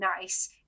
nice